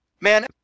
Man